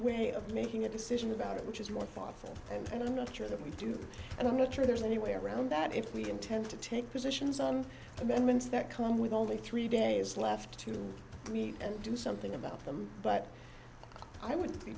way of making a decision about it which is more thoughtful and i'm not sure that we do and i'm not sure there's any way around that if we intend to take positions on amendments that come with only three days left to meet and do something about them but i would be